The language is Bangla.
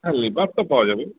হ্যাঁ লেবার তো পাওয়া যাবে